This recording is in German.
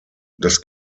das